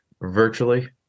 virtually